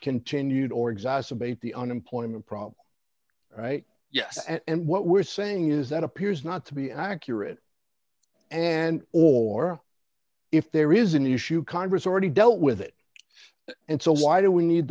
continued or exacerbate the unemployment problem yes and what we're saying is that appears not to be accurate and or if there is an issue congress already dealt with it and so why do we need